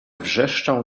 wrzeszczał